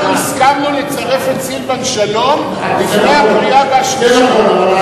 אנחנו הסכמנו לצרף את סילבן שלום לפני הקריאה השלישית.